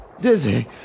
dizzy